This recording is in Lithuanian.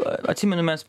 atsimenu mes